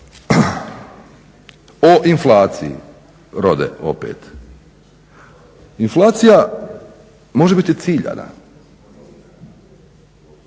O inflaciji rode opet, inflacija može biti ciljana,